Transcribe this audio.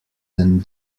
than